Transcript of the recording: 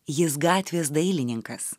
jis gatvės dailininkas